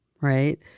right